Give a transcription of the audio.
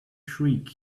shriek